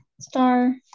star